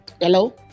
hello